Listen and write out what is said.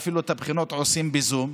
ואפילו את הבחינות עושים בזום,